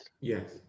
Yes